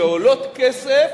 שעולות כסף